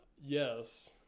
Yes